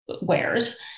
wares